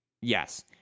yes